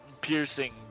piercing